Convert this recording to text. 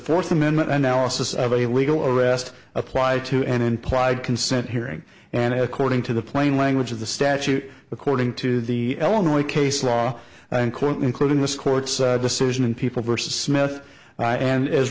fourth amendment analysis of a legal arrest apply to an implied consent hearing and according to the plain language of the statute according to the illinois case law and currently including this court's decision and people versus smith and as